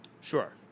sure